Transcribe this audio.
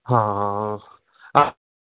ഹാ ആ ആ ആ എത്തുമ്പോള് വിളിക്കാം